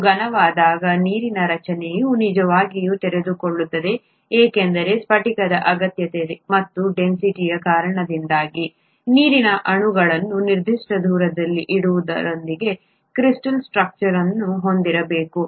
ಅದು ಘನವಾದಾಗ ನೀರಿನ ರಚನೆಯು ನಿಜವಾಗಿ ತೆರೆದುಕೊಳ್ಳುತ್ತದೆ ಏಕೆಂದರೆ ಸ್ಫಟಿಕದ ಅಗತ್ಯತೆ ಮತ್ತು ಡೆನ್ಸಿಟಿಯ ಕಾರಣದಿಂದಾಗಿ ನೀರಿನ ಅಣುಗಳನ್ನು ನಿರ್ದಿಷ್ಟ ದೂರದಲ್ಲಿ ಇಡುವುದರೊಂದಿಗೆ ಕ್ರಿಸ್ಟಲ್ ಸ್ಟ್ರಕ್ಚರ್ ಅನ್ನು ಹೊಂದಿರಬೇಕು